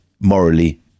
morally